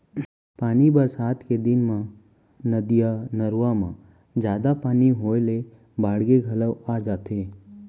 पानी बरसात के दिन म नदिया, नरूवा म जादा पानी होए ले बाड़गे घलौ आ जाथे